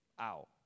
Ow